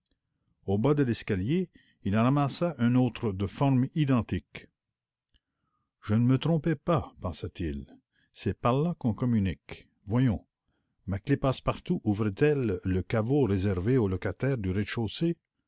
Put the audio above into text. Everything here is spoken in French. au bas de l'escalier il en ramassa une autre de forme identique je ne me trompais pas pensa-t-il c'est par là qu'on communique voyons ma clef passe-partout ouvre t elle le caveau réservé au locataire du rez-de-chaussée